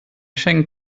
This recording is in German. schengen